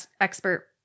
expert